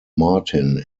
martin